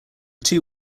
two